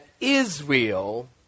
Israel